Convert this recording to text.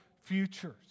futures